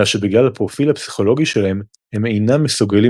אלא שבגלל הפרופיל הפסיכולוגי שלהם הם אינם מסוגלים